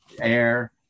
air